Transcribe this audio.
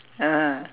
ah